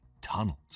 tunnels